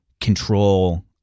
control